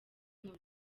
nkuru